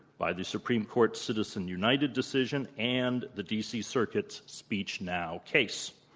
by the supreme court citizens united decision and the dc circuit's speechnow case.